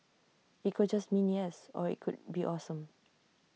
IT could just mean yes or IT could be awesome